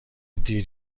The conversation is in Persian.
دیر